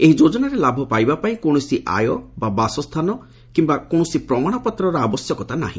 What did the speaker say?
ଏହି ଯୋଜନାରେ ଲାଭ ପାଇବା ପାଇଁ କୌଣସି ଆୟ ବା ବାସସ୍ରାନ କିମ୍ଟା କୌଣସି ପ୍ରମାଣପତ୍ରର ଆବଶ୍ୟକ ନାହି